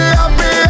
happy